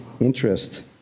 interest